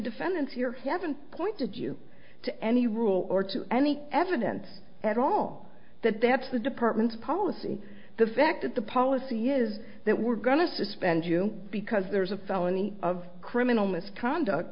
defendants here haven't pointed you to any rule or to any evidence at all that that's the department's policy the fact that the policy is that we're going to suspend you because there's a felony of criminal misconduct